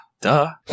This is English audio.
duh